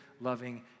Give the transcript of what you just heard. loving